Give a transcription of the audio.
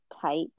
tight